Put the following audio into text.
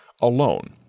alone